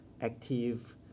active